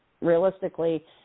realistically